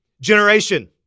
generation